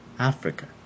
Africa